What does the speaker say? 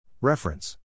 Reference